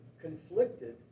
conflicted